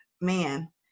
man